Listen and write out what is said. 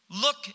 look